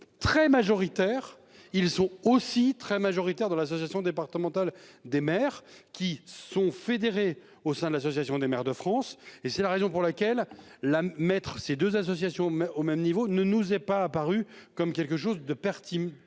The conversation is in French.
très majoritaires, ils sont aussi très majoritaire de l'association départementale des maires qui sont fédérées au sein de l'association des maires de France et c'est la raison pour laquelle la maître-ces 2 associations mais au même niveau ne nous est pas apparu comme quelque chose de père